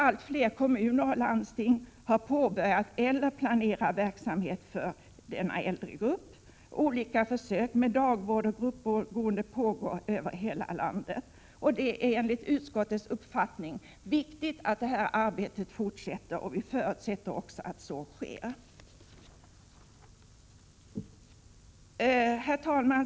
Allt fler kommuner och landsting har påbörjat eller planerar verksamhet för denna äldre grupp. Olika försök med dagvård och gruppboende pågår över hela landet. Det är enligt utskottets uppfattning viktigt att det arbetet fortsätter. Vi förutsätter också att så sker. Herr talman!